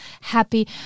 happy